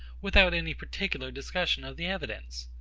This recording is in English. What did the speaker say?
without any particular discussion of the evidence?